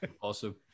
Awesome